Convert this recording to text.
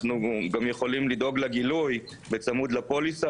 אנחנו גם יכולים לדאוג לגילוי בצמוד לפוליסה